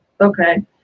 Okay